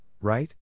right